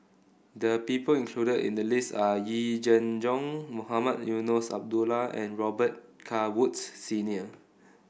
the people included in the list are Yee Jenn Jong Mohamed Eunos Abdullah and Robet Carr Woods Senior